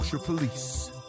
Police